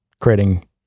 creating